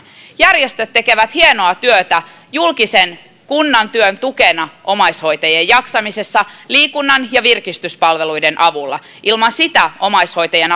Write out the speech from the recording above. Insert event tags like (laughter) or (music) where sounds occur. järjestöt tekevät hienoa työtä julkisen kunnan työn tukena omaishoitajien jaksamisessa liikunnan ja virkistyspalveluiden avulla ilman sitä omaishoitajien (unintelligible)